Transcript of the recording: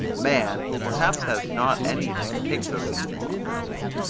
man, who perhaps has not any that particularly belongs to him,